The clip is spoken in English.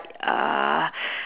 uh